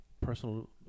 personal